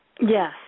Yes